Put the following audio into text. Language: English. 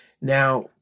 Now